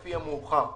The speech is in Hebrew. לפי המאוחר.